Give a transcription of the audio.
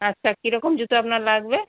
আচ্ছা কীরকম জুতো আপনার লাগবে